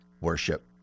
worship